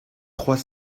trois